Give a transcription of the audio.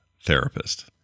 therapist